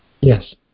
Yes